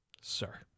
Sir